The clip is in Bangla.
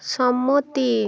সম্মতি